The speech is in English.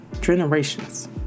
generations